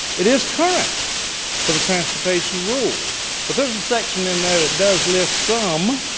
it is current for the transportation rules, but there's a section in there that does list some,